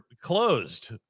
closed